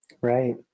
Right